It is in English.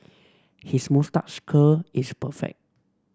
his moustache curl is perfect